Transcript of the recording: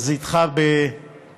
אז איתך בצערך.